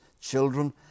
children